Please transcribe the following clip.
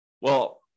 well-